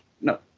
no